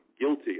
guilty